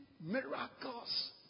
miracles